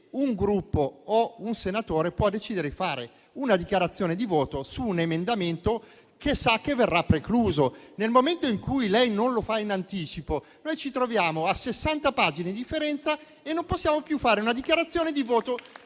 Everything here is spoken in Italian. un Gruppo o un senatore possono decidere di fare una dichiarazione di voto su un emendamento che sa che verrà precluso. Nel momento in cui lei non lo fa in anticipo, noi ci troviamo a 60 pagine di differenza e non possiamo più fare la dichiarazione di voto